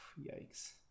Yikes